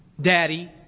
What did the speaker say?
Daddy